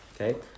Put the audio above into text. Okay